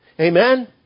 Amen